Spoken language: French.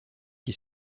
qui